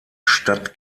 stadt